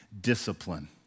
discipline